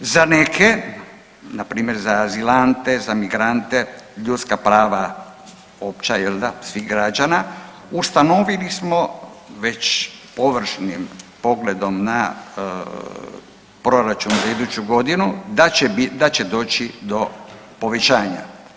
Za neke, npr. za azilante, migrante, ljudska pravo opće jel da, svih građana, ustanovili već smo površnim pogledom na proračun za iduću godinu da će doći do povećanja.